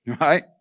Right